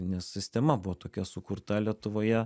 nes sistema buvo tokia sukurta lietuvoje